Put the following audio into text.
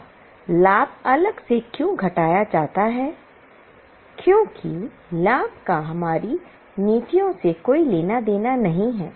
अब लाभ अलग से क्यों घटाया जाता है क्योंकि लाभ का हमारी नीतियों से कोई लेना देना नहीं है